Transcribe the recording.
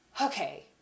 okay